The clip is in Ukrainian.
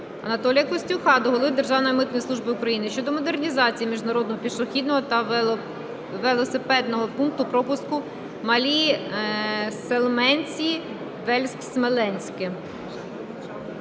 Анатолія Костюха до голови Державної митної служби України щодо модернізації міжнародного пішохідного та велосипедного пункту пропуску "Малі Селменці – Вельке Слеменце".